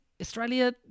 Australia